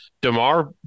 DeMar